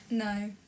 No